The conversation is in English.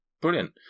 brilliant